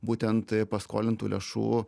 būtent e paskolintų lėšų